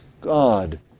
God